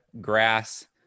grass